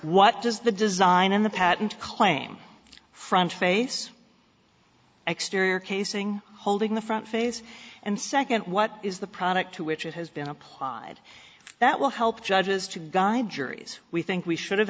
what does the design in the patent claim front face exterior casing holding the front face and second what is the product to which it has been applied that will help judges to guide juries we think we should have